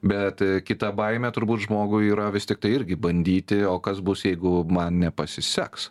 bet kita baimė turbūt žmogui yra vis tiktai irgi bandyti o kas bus jeigu man nepasiseks